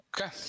Okay